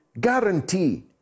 guarantee